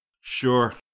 Sure